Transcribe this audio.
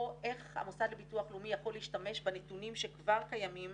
איך המוסד לביטוח לאומי יכול להשתמש בנתונים שכבר קיימים